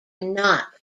not